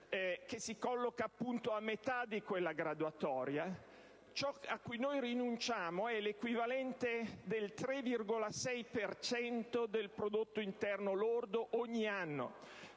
che si colloca appunto a metà di quella graduatoria - ciò a cui noi rinunciamo è l'equivalente del 3,6 per cento del nostro prodotto interno lordo ogni anno;